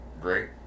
great